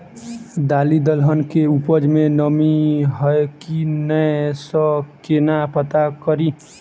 दालि दलहन केँ उपज मे नमी हय की नै सँ केना पत्ता कड़ी?